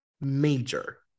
major